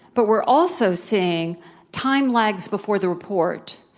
but we're also seeing time lags before the report.